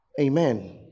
Amen